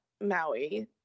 Maui